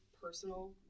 personal